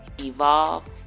evolve